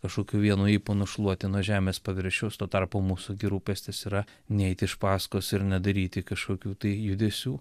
kažkokiu vienu ypu nušluoti nuo žemės paviršiaus tuo tarpu mūsų rūpestis yra neiti iš pasakos ir nedaryti kažkokių tai judesių